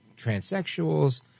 transsexuals